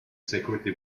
security